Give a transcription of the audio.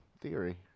theory